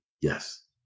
yes